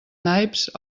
naips